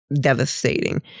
devastating